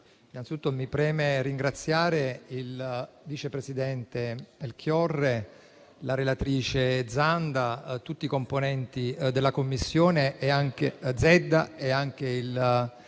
innanzitutto ringraziare il vice presidente Melchiorre, la relatrice Zedda, tutti i componenti della Commissione e anche il